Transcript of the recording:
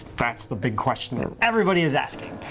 that's the big question everybody is asking.